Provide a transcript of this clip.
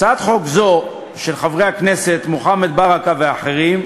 הצעת חוק זו, של חברי הכנסת מוחמד ברכה ואחרים,